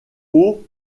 haut